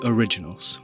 Originals